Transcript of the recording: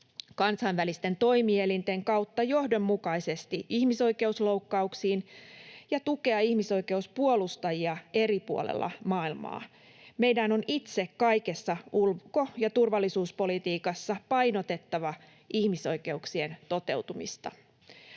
kansainvälisten toimielinten kautta johdonmukaisesti ihmisoikeusloukkauksiin ja tukea ihmisoikeuspuolustajia eri puolilla maailmaa. Meidän on itse kaikessa ulko- ja turvallisuuspolitiikassa painotettava ihmisoikeuksien toteutumista.